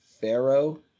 Pharaoh